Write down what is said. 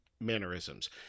mannerisms